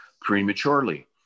prematurely